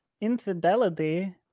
Infidelity